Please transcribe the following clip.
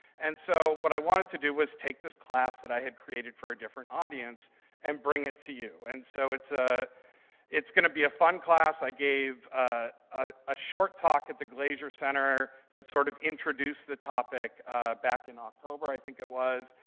and so, what i wanted to do was take this class that i had created for a different audience and bring it to you. and so it's ah it's going to be a fun class. i gave ah ah a short talk at the glaser center that sort of introduced the topic back in october, i think it was.